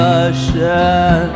ocean